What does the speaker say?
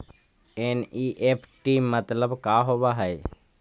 NEFT मतलब का होब हई?